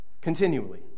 continually